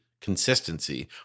consistency